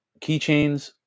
keychains